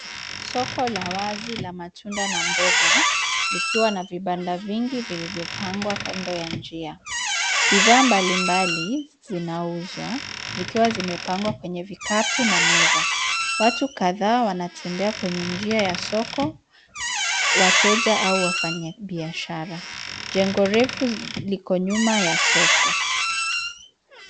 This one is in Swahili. Soko la wazi la matunda na mboga, likiwa na vibanda vingi vilivyopangwa kando ya njia. Bidhaa mbalimbali zinauzwa zikiwa zimepangwa kwenye vikapu na meza. Watu kadhaa wanatembea kwenye njia ya soko, wateja au wafanyabiashara. Jengo refu liko nyuma ya soko.